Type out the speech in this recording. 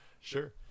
Sure